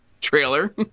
trailer